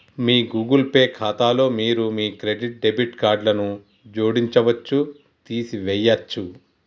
మీ Google Pay ఖాతాలో మీరు మీ క్రెడిట్, డెబిట్ కార్డులను జోడించవచ్చు, తీసివేయచ్చు